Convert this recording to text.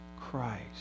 Christ